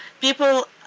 people